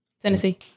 Tennessee